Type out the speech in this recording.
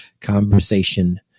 conversation